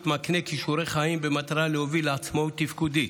מקנה כישורי חיים במטרה להוביל לעצמאות תפקודית.